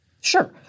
Sure